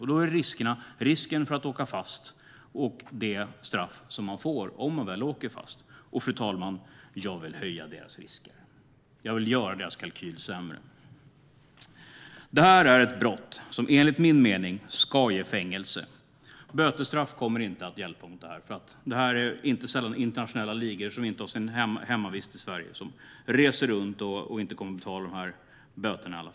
Det handlar alltså om risken att åka fast och det straff som man får om man väl åker fast. Fru talman! Jag vill höja deras risker! Jag vill göra deras kalkyl sämre. Det här är brott som enligt min mening ska ge fängelse. Bötesstraff kommer inte att hjälpa mot det här, för detta är inte sällan internationella ligor som inte har sin hemvist i Sverige. De reser runt och kommer ändå inte att betala dessa böter.